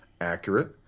accurate